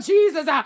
Jesus